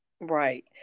Right